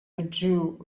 withdrew